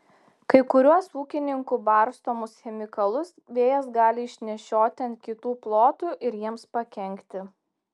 kai kuriuos ūkininkų barstomus chemikalus vėjas gali išnešioti ant kitų plotų ir jiems pakenkti